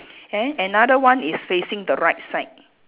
and then another one is facing the right side